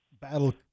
battle